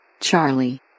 Charlie